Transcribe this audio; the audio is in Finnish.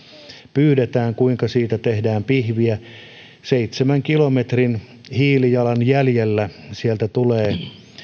pyydetään kuinka siitä tehdään pihviä seitsemän kilometrin hiilijalanjäljellä tulee